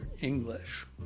English